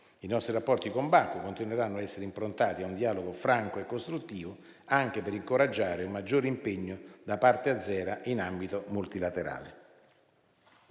I nostri rapporti con Baku continueranno a essere improntati a un dialogo franco e costruttivo, anche per incoraggiare un maggiore impegno da parte azera in ambito multilaterale.